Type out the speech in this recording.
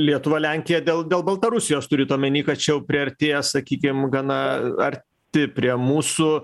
lietuva lenkija dėl dėl baltarusijos turit omeny kad čia jau priartėjo sakykim gana arti prie mūsų